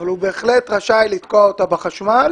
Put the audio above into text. אבל הוא בהחלט רשאי לתקוע אותם בחשמל